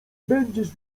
będziesz